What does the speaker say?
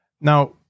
Now